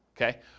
okay